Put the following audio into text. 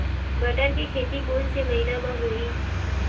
बटर के खेती कोन से महिना म होही?